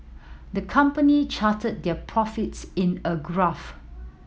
the company charted their profits in a graph